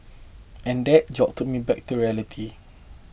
and that jolted me back to reality